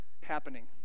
happening